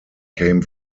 came